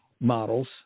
models